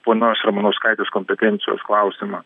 ponios ramanauskaitės kompetencijos klausimą